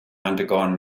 undergone